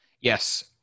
Yes